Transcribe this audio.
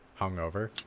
hungover